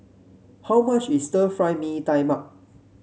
how much is Stir Fry Mee Tai Mak